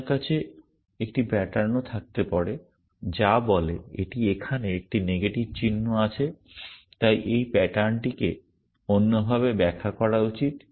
আপনার কাছে একটি প্যাটার্নও থাকতে পারে যা বলে এটি এখানে একটি নেগেটিভ চিহ্ন আছে তাই এই প্যাটার্নটিকে অন্যভাবে ব্যাখ্যা করা উচিত